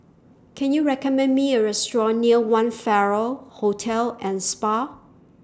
Can YOU recommend Me A Restaurant near one Farrer Hotel and Spa